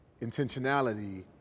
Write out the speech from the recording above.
intentionality